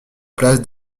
place